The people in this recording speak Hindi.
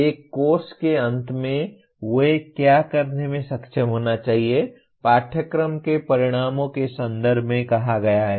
एक कोर्स के अंत में वे क्या करने में सक्षम होना चाहिए पाठ्यक्रम के परिणामों के संदर्भ में कहा गया है